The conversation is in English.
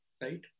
right